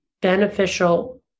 beneficial